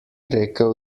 rekel